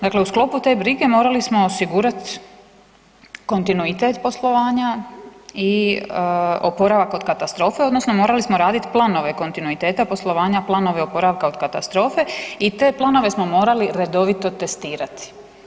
Dakle, u sklopu te brige morali smo osigurati kontinuitet poslovanja i oporavak od katastrofe, odnosno morali smo raditi planove kontinuiteta poslovanja, planove oporavka od katastrofe i te planove smo morali redovito testirati.